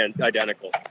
identical